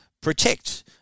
protect